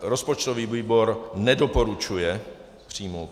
Rozpočtový výbor nedoporučuje přijmout.